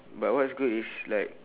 but what's good is like